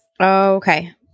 Okay